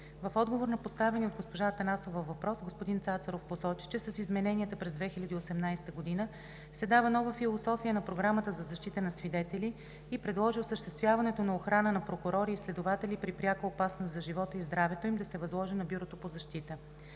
В отговор на поставения от госпожа Атанасова въпрос господин Цацаров посочи, че с измененията през 2018 г. се дава нова философия на програмата за защита на свидетели и предложи осъществяването на охрана на прокурори и следователи при пряка опасност за живота и здравето им да се възложи на Бюрото по защита.